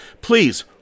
please